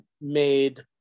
made